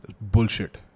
Bullshit